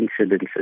incidences